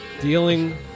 dealing